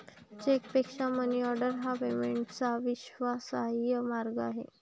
चेकपेक्षा मनीऑर्डर हा पेमेंटचा विश्वासार्ह मार्ग आहे